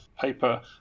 paper